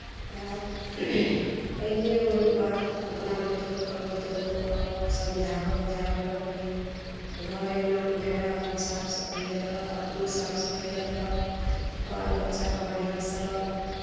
तऽ आब ऐलियै ओहि बात अपना बेटियो कऽ पुतहु कऽ समझाबऽ बुझाबऽ लगलियै घर अङ्गनामे डेरा आरमे साफ सफैयत रख अपनो साफ सफैयत रह बाल बच्चा कऽ बढ़िआँसँ रख